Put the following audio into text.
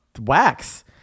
wax